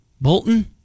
Bolton